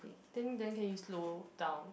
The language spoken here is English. then then can you slow down